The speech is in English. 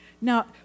Now